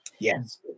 Yes